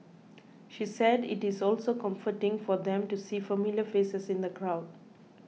she said it is also comforting for them to see familiar faces in the crowd